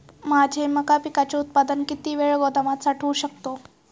माझे मका पिकाचे उत्पादन किती वेळ गोदामात साठवू शकतो?